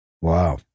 Wow